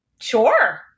Sure